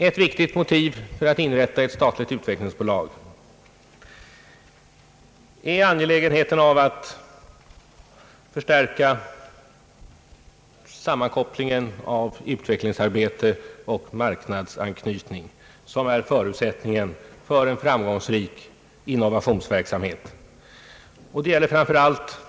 Ett viktigt motiv för att inrätta ett statligt utvecklingsbolag är att det är angeläget att förstärka sammankopplingen av utvecklingsarbetet och marknadsanknytningen, vilket är en förutsättning för framgångsrik innovationsverksamhet.